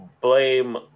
blame